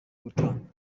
gutanga